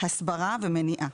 הסברה ומניעה.